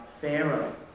Pharaoh